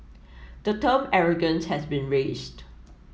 the term arrogance has been raised